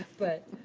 but,